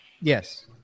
Yes